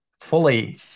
fully